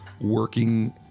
working